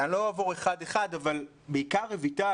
אני לא אעבור אחד-אחד אבל בעיקר רויטל,